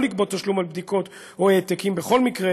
לגבות תשלום על בדיקות או העתקים בכל מקרה,